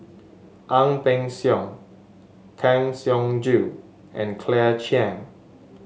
Ang Peng Siong Kang Siong Joo and Claire Chiang